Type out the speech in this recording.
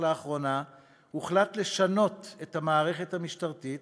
לאחרונה הוחלט לשנות את המערכת המשטרתית